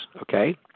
Okay